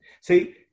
See